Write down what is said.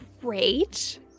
great